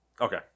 Okay